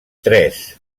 tres